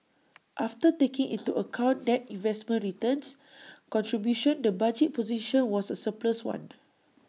after taking into account net investment returns contribution the budget position was A surplus one